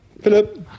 Philip